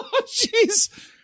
jeez